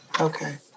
Okay